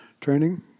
training